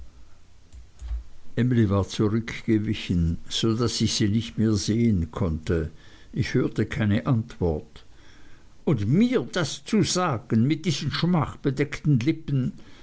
war zurückgewichen so daß ich sie nicht mehr sehen konnte ich hörte keine antwort und mir das zu sagen mit diesen schmachbedeckten lippen